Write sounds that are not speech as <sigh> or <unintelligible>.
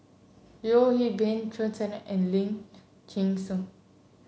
Yeo Hwee Bin Chen Sucheng and Lee <unintelligible>